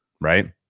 right